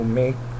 make